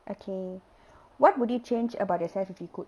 okay what would you change about yourself if you could